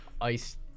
Ice